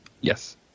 Yes